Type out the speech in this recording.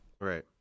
Right